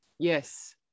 yes